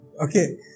okay